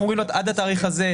אנחנו אומרים לו שעד התאריך הזה,